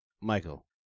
Michael